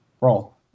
Roll